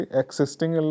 existing